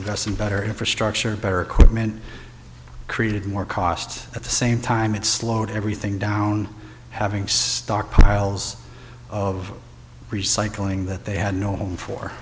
invest in better infrastructure better equipment created more cost at the same time it slowed everything down having stockpiles of recycling that they had known